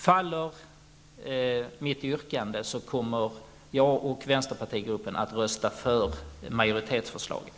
Om mitt yrkande faller, kommer jag och vänsterpartigruppen att rösta för majoritetsförslaget.